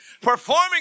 performing